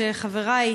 חברי,